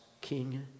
king